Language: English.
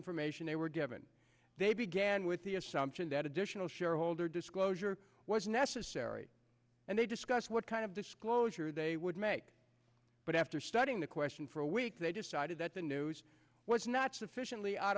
information they were given they began with the assumption that additional shareholder disclosure was necessary and they discussed what kind of disclosure they would make but after studying the question for a week they decided that the news was not sufficiently out